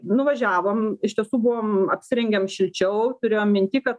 nuvažiavom iš tiesų buvom apsirengėm šilčiau turėjom minty kad